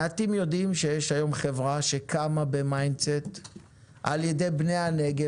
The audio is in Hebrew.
מעטים יודעים שיש היום חברה שקמה ב-Mindset על ידי בני הנגב,